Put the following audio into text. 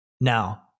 Now